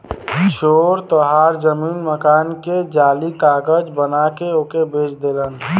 चोर तोहार जमीन मकान के जाली कागज बना के ओके बेच देलन